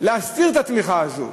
להסתיר את התמיכה הזאת.